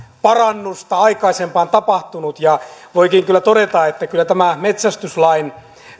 parannusta aikaisempaan tapahtunut voikin todeta että kyllä tämä metsästyslain